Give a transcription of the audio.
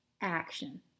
action